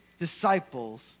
disciples